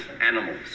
Animals